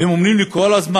והם אומרים לי כל הזמן: